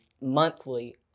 monthly